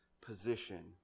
position